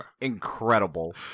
incredible